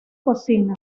cocina